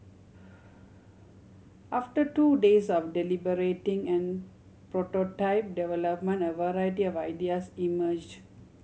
after two days of deliberating and prototype development a variety of ideas emerged